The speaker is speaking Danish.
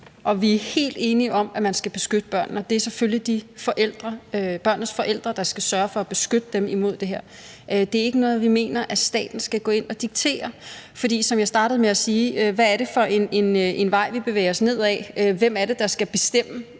Vi er helt enige i, at man skal beskytte børnene. Det er selvfølgelig forældrene, børnenes forældre, der skal sørge for at beskytte dem imod det her. Det er ikke noget, vi mener staten skal gå ind at diktere, for som jeg startede med at sige, hvad er det for en vej, vi bevæger os nedad, og hvem er det, der skal bestemme